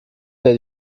der